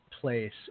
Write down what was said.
place